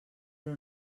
però